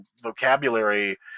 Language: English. vocabulary